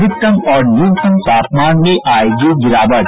अधिकतम और न्यूनतम तापमान में आयेगी गिरावट